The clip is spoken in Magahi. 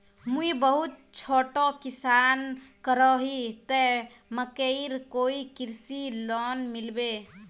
मुई बहुत छोटो किसान करोही ते मकईर कोई कृषि लोन मिलबे?